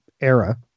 era